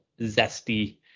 zesty